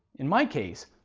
in my case,